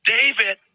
David